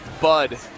bud